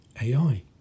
AI